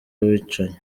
abicanyi